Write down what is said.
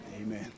Amen